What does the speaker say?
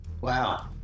wow